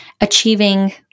achieving